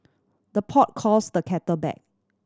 the pot calls the kettle back